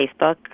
facebook